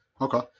Okay